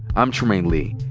i'm trymaine lee.